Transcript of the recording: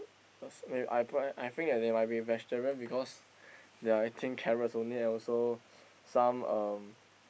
cause w~ I pr~ I think that they might be vegetarians because they are eating carrots only and also some um